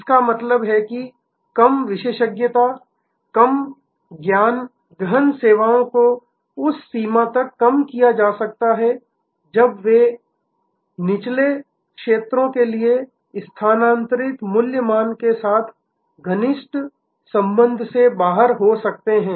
इसका मतलब है कम विशेषज्ञता कम ज्ञान गहन सेवाओं को उस सीमा तक कम किया जा सकता है जब वे निचले क्षेत्रों के लिए स्थानांतरित मूल्य मान के साथ घनिष्ठ संबंध से बाहर हो सकते हैं